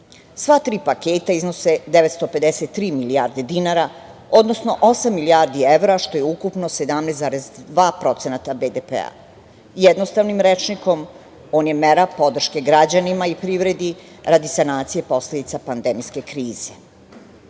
tri paketa iznose 953 milijarde dinara, odnosno osam milijardi evra, što je ukupno 17,2% BDP. Jednostavnim rečnikom, on je mera podrške građanima i privredi radi sanacije posledica pandemijske